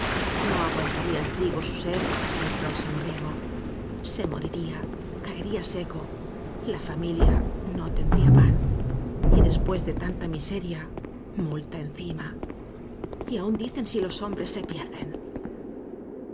no aguantaría o el trigo o su sed hasta el próximo riego se moriría caería seco la fami lia no tendría pan y después ele tanta miseria multa encima y aún dicen si los hombres se pierden